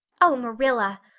oh, marilla,